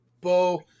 Bo